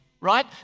right